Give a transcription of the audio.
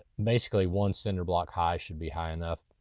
basically, one cinder block high should be high enough.